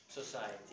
society